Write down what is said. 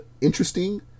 interesting